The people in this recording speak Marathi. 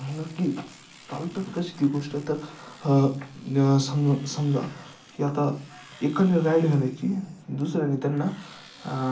न की चालतं कशी ती गोष्ट तर समज समजा की आता एकाने राईड घालायची दुसऱ्याने त्यांना